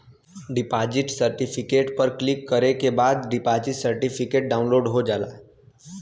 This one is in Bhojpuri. डिपॉजिट सर्टिफिकेट पर क्लिक करे के बाद डिपॉजिट सर्टिफिकेट डाउनलोड हो जाला